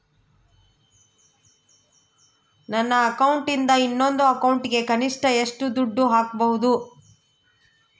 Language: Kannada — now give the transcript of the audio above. ನನ್ನ ಅಕೌಂಟಿಂದ ಇನ್ನೊಂದು ಅಕೌಂಟಿಗೆ ಕನಿಷ್ಟ ಎಷ್ಟು ದುಡ್ಡು ಹಾಕಬಹುದು?